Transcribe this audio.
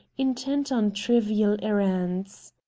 intent on trivial errands.